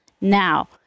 now